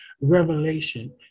revelation